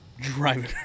driving